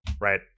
right